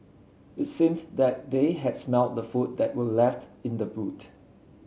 it seemed that they had smelt the food that were left in the boot